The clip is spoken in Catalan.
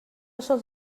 sols